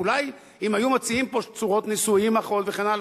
אולי אם היו מציעים פה צורות נישואים אחרות וכן הלאה,